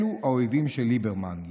אלו האויבים של ליברמן,